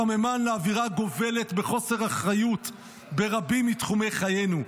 סממן לאווירה הגובלת בחוסר אחריות ברבים מתחומי חיינו.